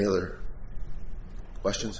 any other questions